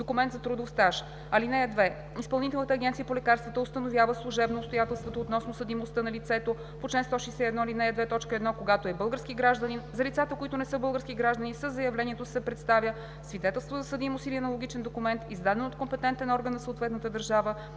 документ за трудов стаж. (2) Изпълнителната агенция по лекарствата установява служебно обстоятелствата относно съдимостта на лицето по чл. 161, ал. 2, т. 1, когато е български гражданин. За лицата, които не са български граждани, със заявлението се представя свидетелство за съдимост или аналогичен документ, издаден от компетентен орган на съответната държава.